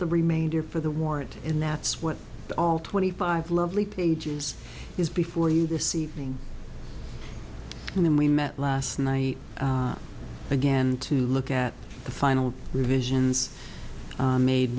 the remainder for the warrant and that's what all twenty five lovely pages is before you this evening and then we met last night again to look at the final revisions made